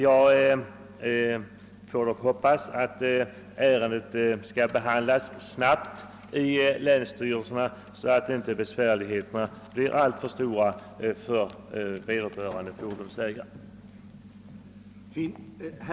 Jag hoppas dock att ärendena skall behandlas snabbt av länsstyrelserna, så att besvärligheterna inte blir alltför stora för vederbörande fordonsägare.